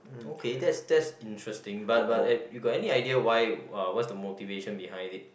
okay that's that's interesting but but you got any idea why uh what's the motivation behind it